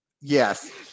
Yes